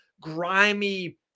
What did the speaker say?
grimy